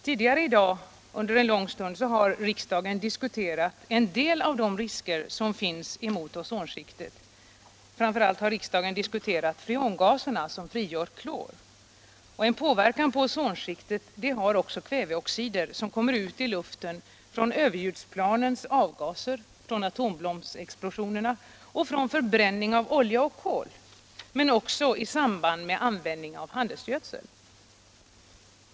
Tidigare i dag har riksdagen diskuterat en del av riskerna som finns för ozonskiktet, framför allt de s.k. freongaserna, som frigör klor. En inverkan på ozonskiktet har också kväveoxider, som kommer ut i luften från överljudsplanens avgaser, från atombombsexplosioner och från förbränningen av olja och kol men också i samband med användning av handelsgödsel.